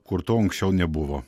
kur to anksčiau nebuvo